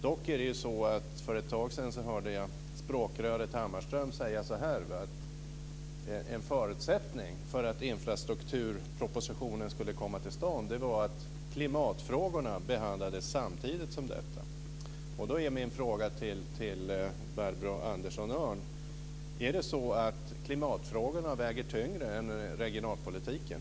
Dock hörde jag för ett tag sedan språkröret Hammarström säga att en förutsättning för att infrastrukturpropositionen skulle komma till stånd var att klimatfrågorna behandlades samtidigt. Då är min fråga till Barbro Andersson Öhrn: Väger klimatfrågorna tyngre än regionalpolitiken?